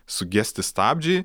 sugesti stabdžiai